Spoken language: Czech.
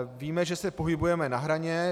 Víme, že se pohybujeme na hraně.